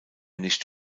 nicht